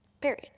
period